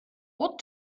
what